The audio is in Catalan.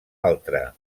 altra